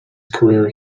career